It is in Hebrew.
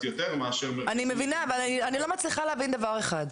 יותר מאשר --- אני מבינה אבל אני לא מצליחה להבין דבר אחד,